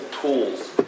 tools